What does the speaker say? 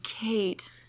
kate